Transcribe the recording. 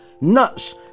nuts